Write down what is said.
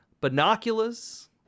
Binoculars